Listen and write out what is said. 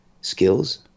skills